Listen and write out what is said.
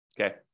Okay